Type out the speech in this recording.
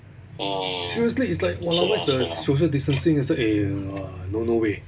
seriously it's like !walao! where's the social distancing I say !aiya! no no way